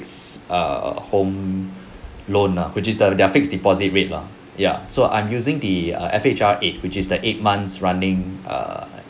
it's err home loan ah which is the their fixed deposit rate lah ya so I'm using the uh F_H_R eight which is the eight months running err